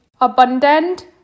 abundant